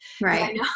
Right